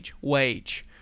wage